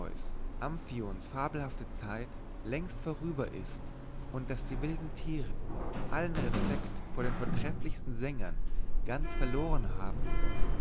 amphions fabelhafte zeit längst vorüber ist und daß die wilden tiere allen respekt vor den vortrefflichsten sängern ganz verloren haben